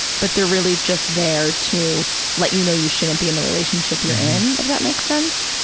but they're really just there to let you know you shouldn't be in the relationship you're in, if that makes sense.